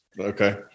Okay